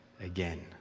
again